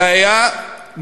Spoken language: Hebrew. זה היה מרגש.